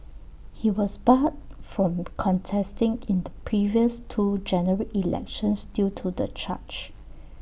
he was barred from contesting in the previous two general elections due to the charge